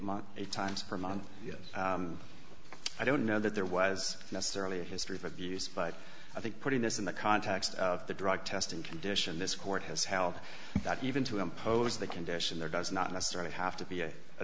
months eight times per month yet i don't know that there was necessarily a history of abuse but i think putting this in the context of the drug testing condition this court has held that even to impose that condition there does not necessarily have to be a